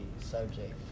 subject